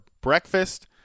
breakfast